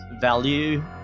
value